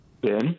Ben